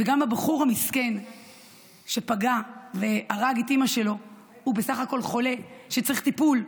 וגם הבחור המסכן שפגע והרג את אימא שלו הוא בסך הכול חולה שצריך טיפול,